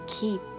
keep